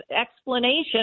explanation